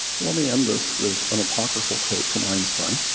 let me end this with an apocryphal quote from einstein.